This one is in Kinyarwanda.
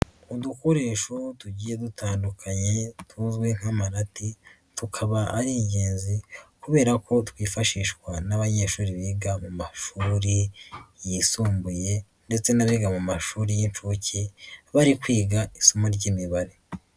Udukoresho tugiye dutandukanye, tuzwi nk'amarati, tukaba ari ingenzi kubera ko twifashishwa n'abanyeshuri biga mu mashuri yisumbuye ndetse n'abiga mu mashuri y'inshuke, bari kwiga isomo ry'Imibare.